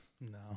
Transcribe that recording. No